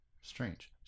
Strange